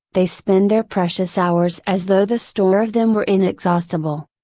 they spend their precious hours as though the store of them were inexhaustible.